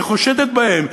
שחושדת בהם,